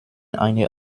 eine